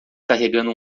carregando